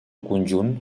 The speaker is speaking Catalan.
conjunt